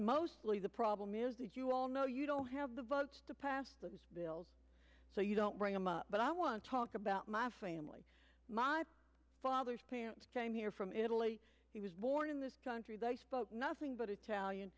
mostly the problem is that you all know you don't have the votes to pass those bills so you don't bring them up but i want to talk about my family my father's parents came here from italy he was born in this country they spoke nothing but italian